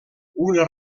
una